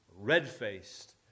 Red-faced